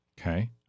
okay